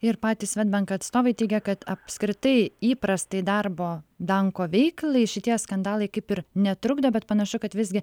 ir patys svedbank atstovai teigia kad apskritai įprastai darbo danko veiklai šitie skandalai kaip ir netrukdo bet panašu kad visgi